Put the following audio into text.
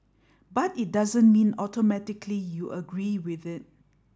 but it doesn't mean automatically you agree with it